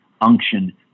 unction